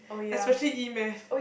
especially e-maths